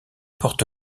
porte